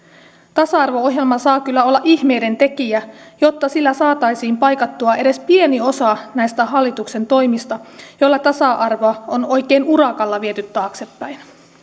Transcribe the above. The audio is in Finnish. tasa arvo ohjelma saa kyllä olla ihmeidentekijä jotta sillä saataisiin paikattua edes pieni osa näistä hallituksen toimista joilla tasa arvoa on oikein urakalla viety taaksepäin